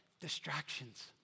Distractions